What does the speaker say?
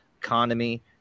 economy